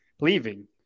leaving